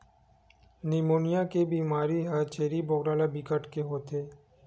pneumonia के बेमारी ह छेरी बोकरा ल बिकट के होथे